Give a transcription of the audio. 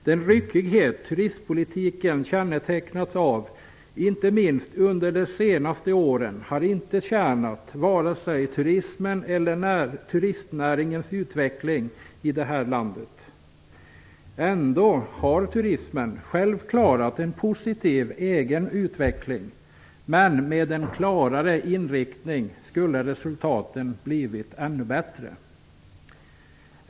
Den ryckighet turistpolitiken kännetecknats av inte minst under de senaste åren har inte tjänat vare sig turismen eller näringens utveckling i detta land. Ändå har turismen själv klarat en positiv egen utveckling. Men med en klarare inriktning skulle resultaten blivit ännu bättre.